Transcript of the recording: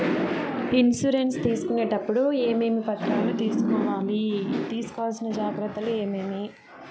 Insurance తీసుకునేటప్పుడు టప్పుడు ఏమేమి పత్రాలు కావాలి? తీసుకోవాల్సిన చానా ముఖ్యమైన జాగ్రత్తలు ఏమేమి?